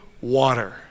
water